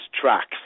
tracks